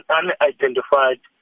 unidentified